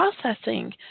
processing